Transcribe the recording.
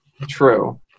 true